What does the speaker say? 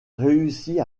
réussit